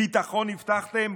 ביטחון הבטחתם,